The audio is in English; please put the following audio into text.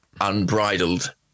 unbridled